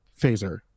phaser